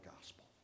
gospel